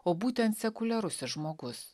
o būtent sekuliarusis žmogus